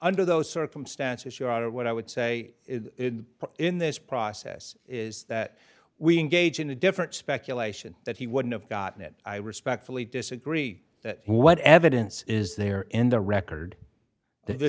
under those circumstances your honor what i would say in this process is that we engage in a different speculation that he wouldn't have gotten it i respectfully disagree that what evidence is there in the record th